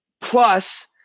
plus